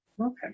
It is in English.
Okay